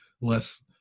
Less